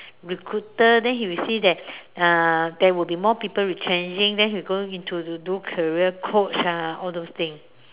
recruiter then he receive that uh there will be more people retrenching then he go into to do career coach ah all those things